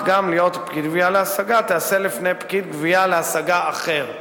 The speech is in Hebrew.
גם להיות פקיד גבייה להשגה תיעשה לפני פקיד גבייה להשגה אחר.